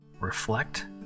reflect